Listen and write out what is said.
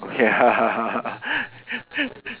ya